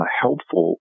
helpful